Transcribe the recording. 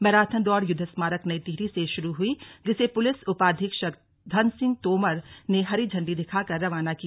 marathon दौड़ युद्ध स्मारक नई टिहरी से शुरू हुई जिसे पुलिस उपाधीक्षक धन सिंह तोमर ने हरी झंडी दिखाकर रवाना किया